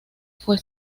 fue